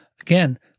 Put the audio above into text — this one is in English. again